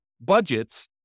budgets